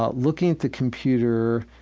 ah looking at the computer,